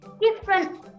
different